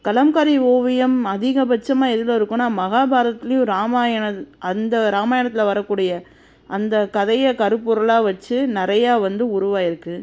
கலம்காரி ஓவியம் அதிகபட்சமாக எதில் இருக்குன்னால் மகாபாரதத்துலேயும் ராமாயண அந்த ராமாயணத்தில் வரக்கூடிய அந்தக் கதையை கருப்பொருளாக வச்சு நிறையா வந்து உருவாயிருக்குது